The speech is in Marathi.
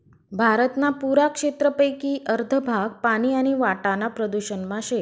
भारतना पुरा क्षेत्रपेकी अर्ध भाग पानी आणि वाटाना प्रदूषण मा शे